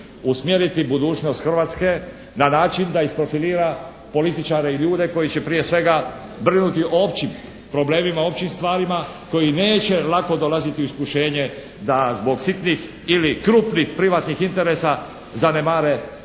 usmjeriti budućnost Hrvatske na način da isprofilira političare i ljude koji će prije svega brinuti o općim problemima, o općim stvarima, koji neće lako dolaziti u iskušenje da zbog sitnih ili krupnih privatnih interesa zanemare svoj